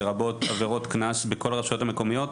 לרבות עבירות קנס בכל הרשויות המקומיות,